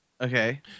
Okay